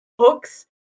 hooks